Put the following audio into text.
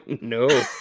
No